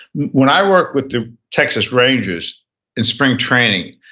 when i work with the texas rangers in spring training,